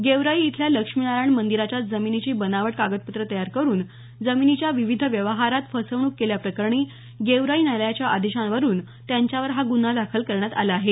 गेवराई इथल्या लक्ष्मीनारायण मंदिराच्या जमिनीची बनावट कागदपत्रं तयार करुन जमिनीच्या विविध व्यवहारात फसवणूक केल्याप्रकरणी गेवराई न्यायालयाच्या आदेशावरून त्यांच्यावर हा गुन्हा दाखल करण्यात आला आहे